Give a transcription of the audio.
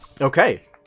Okay